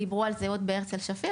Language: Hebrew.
דיברו על זה עוד בהרצל שפיר,